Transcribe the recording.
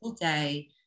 day